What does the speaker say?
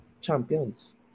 champions